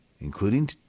including